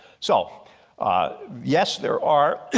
so yes there are